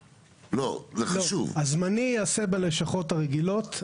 הזמני ייעשה בלשכות הרגילות.